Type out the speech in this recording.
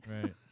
right